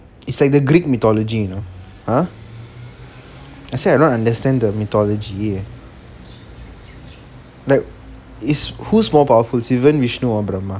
it's like the greek mythology you know I say I don't understand the mythology like who is more powerful sivan vishnu or brahma